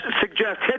suggest